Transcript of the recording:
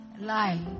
lie